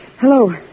Hello